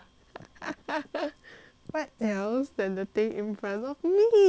what else than the thing in front of me